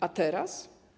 A teraz?